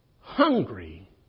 hungry